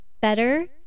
Better